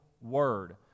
word